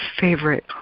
favorite